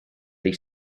they